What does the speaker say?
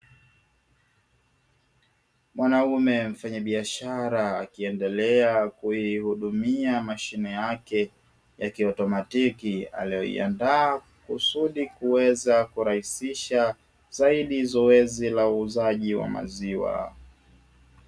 Mwanaume mfanyabiashara akiendelea kuihudumia mashine yake ya kiautomatiki aliyoiandaa kusudi kuweza kurahisisha zaidi zoezi la uuzaji wa maziwa.